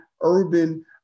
urban